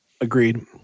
Agreed